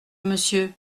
monsieur